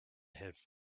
have